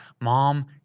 mom